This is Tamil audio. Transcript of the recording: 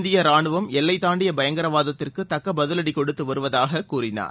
இந்தியரானுவம் எல்லைதாண்டியபயங்கரவாத்திற்குதக்கபதிவடிகொடுத்துவருவதாககூறினார்